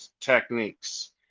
techniques